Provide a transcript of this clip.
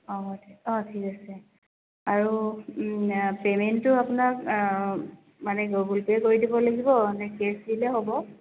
অঁ অঁ ঠিক আছে আৰু পে'মেণ্টটো আপোনাক মানে গুগুল পে' কৰি দিব লাগিবনে কেছ দিলে হ'ব